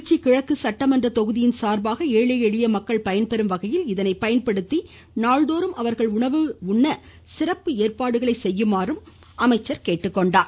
திருச்சி கிழக்கு சட்டமன்ற தொகுதியின் சார்பாக ஏழை எளிய மக்கள் பயன்பெறும் வகையில் இதனை பயன்படுத்தி நாள்தோறும் அவர்கள் உணவு உண்ண சிறப்பு ஏற்பாடுகளை செய்யுமாறு அவர் கேட்டுக்கொண்டார்